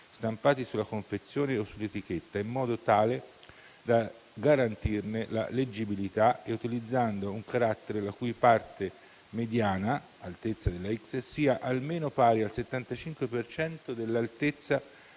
stampati sulla confezione o sull'etichetta in modo tale da garantirne la leggibilità e utilizzando un carattere la cui parte mediana (altezza della x) sia almeno pari al 75 per cento dell'altezza